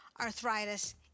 arthritis